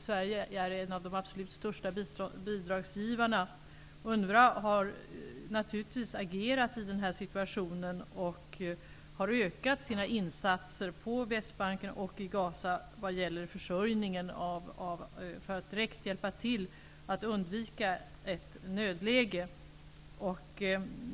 Sverige är en av de absolut största bidragsgivarna. UNRWA har naturligtvis agerat i denna situation och har ökat sina insatser på Västbanken och i Gaza vad gäller försörjningen för att direkt hjälpa till att undvika ett nödläge.